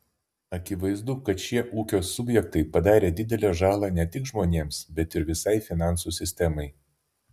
akivaizdu kad šie ūkio subjektai padarė didelę žalą ne tik žmonėms bet ir visai finansų sistemai